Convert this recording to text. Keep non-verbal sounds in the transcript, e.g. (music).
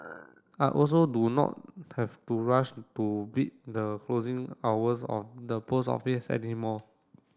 (noise) I also do not have to rush to beat the closing hours of the post office any more